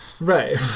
Right